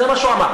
זה מה שהוא אמר.